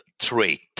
trait